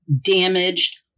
damaged